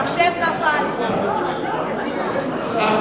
רציפות על הצעת חוק הנוער (טיפול והשגחה) (תיקון מס' 18) (צילום קטין),